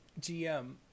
GM